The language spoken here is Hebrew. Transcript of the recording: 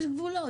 יש גבולות.